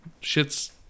Shit's